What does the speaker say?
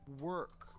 work